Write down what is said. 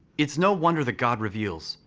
it's no wonder that god reveals,